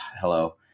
hello